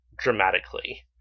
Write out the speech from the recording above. dramatically